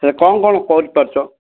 ସେ କ'ଣ କ'ଣ କରିପାରୁଛ